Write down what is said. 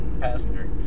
passenger